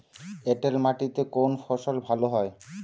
এঁটেল মাটিতে কোন ফসল ভালো হয়?